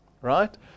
Right